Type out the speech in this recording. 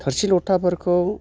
थोरसि लथाफोरखौ